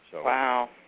Wow